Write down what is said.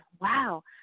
Wow